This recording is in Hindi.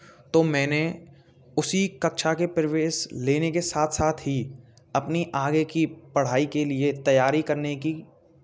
तो मैंने उसी कक्षा के प्रवेश लेने के साथ साथ ही अपने आगे की पढ़ाई के लिए तैयारी करने की